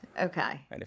Okay